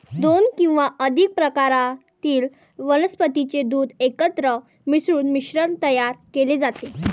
दोन किंवा अधिक प्रकारातील वनस्पतीचे दूध एकत्र मिसळून मिश्रण तयार केले जाते